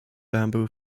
bamboo